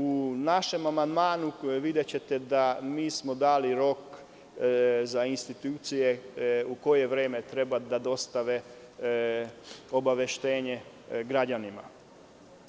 U našem amandmanu videćete da smo dali rok za institucije u koje vreme treba da dostave obaveštenje građanima,